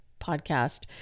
podcast